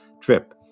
trip